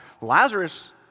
Lazarus